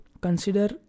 consider